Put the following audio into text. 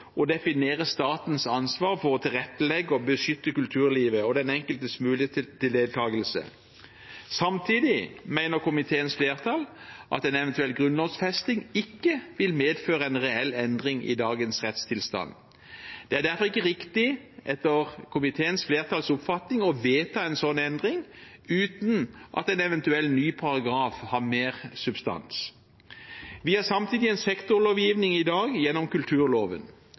statens ansvar for å tilrettelegge for og beskytte kulturlivet og den enkeltes muligheter til deltagelse. Samtidig mener komiteens flertall at en eventuell grunnlovfesting ikke vil medføre en reell endring i dagens rettstilstand. Det er derfor ikke riktig, etter komitéflertallets oppfatning, å vedta en slik endring uten at en eventuell ny paragraf har mer substans. Vi har samtidig en sektorlovgivning i dag gjennom kulturloven.